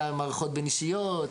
גם מערכות בין אישיות,